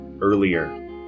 earlier